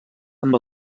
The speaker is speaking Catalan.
amb